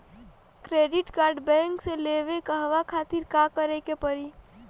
Credit card bank से लेवे कहवा खातिर का करे के पड़ी?